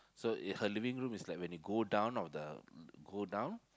so it her living room is like when you go down of the go down